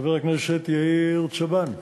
חבר הכנסת יאיר צבן,